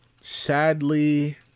sadly